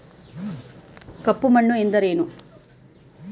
ಕಪ್ಪು ಮಣ್ಣು ಎಂದರೇನು?